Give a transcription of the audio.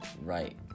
right